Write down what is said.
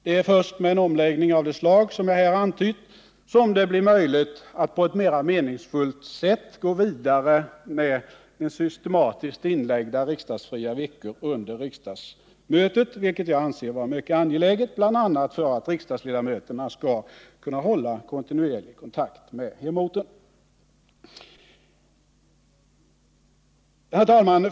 Det är främst med en omläggning av det slag som jag tidigare har antytt som det blir möjligt att på ett mera meningsfullt sätt gå vidare med systematiskt inlagda riksdagsfria veckor under riksmötet, vilket jag anser vara mycket angeläget, bl.a. för att riksdagsledamöter skall kunna hålla kontinuerlig kontakt med hemorten. Herr talman!